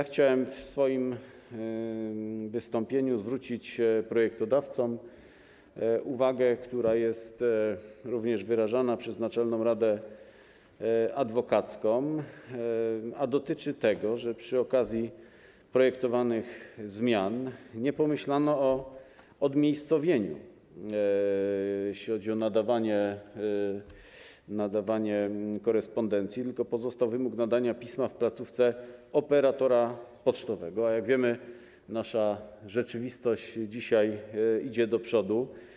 Chciałbym w swoim wystąpieniu zwrócić projektodawcom uwagę, która jest również wyrażana przez Naczelną Radę Adwokacką, a dotyczy tego, że przy okazji projektowanych zmian nie pomyślano o odmiejscowieniu, jeśli chodzi o nadawanie korespondencji, tylko pozostał wymóg nadania pisma w placówce operatora pocztowego, a jak wiemy, nasza rzeczywistość jest dzisiaj taka, że świat idzie do przodu.